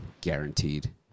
guaranteed